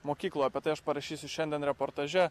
mokykloj apie tai aš parašysiu šiandien reportaže